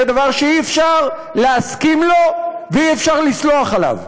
זה דבר שאי-אפשר להסכים לו ואי-אפשר לסלוח עליו.